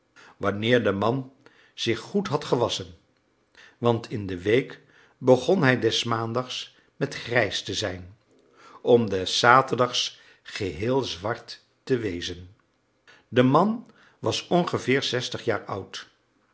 wanneer de man zich goed had gewasschen want in de week begon hij des maandags met grijs te zijn om des zaterdags geheel zwart te wezen de man was ongeveer zestig jaar oud